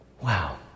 Wow